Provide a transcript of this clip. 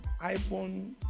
iphone